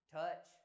touch